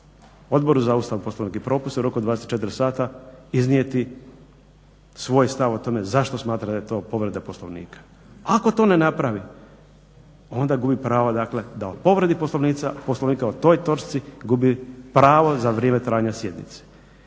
Odboru za Ustav, Poslovnik … u roku od 24 sata iznijeti svoj stav o tome zašto smatra da je to povreda Poslovnika. Ako to ne napravi onda gubi pravo da o povredi Poslovnika o toj točci gubi pravo za vrijeme trajanja sjednice.